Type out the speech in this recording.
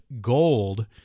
gold